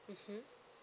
mmhmm